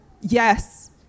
yes